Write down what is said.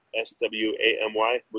S-W-A-M-Y